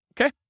Okay